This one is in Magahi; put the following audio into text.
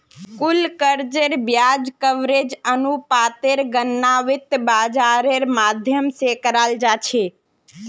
कुल कर्जेर ब्याज कवरेज अनुपातेर गणना वित्त बाजारेर माध्यम से कराल जा छे